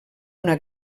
una